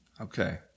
Okay